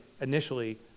initially